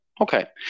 Okay